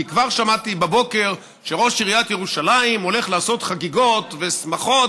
כי כבר שמעתי בבוקר שראש עיריית ירושלים הולך לעשות חגיגות ושמחות,